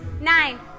nine